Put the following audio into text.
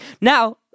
Now